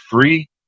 free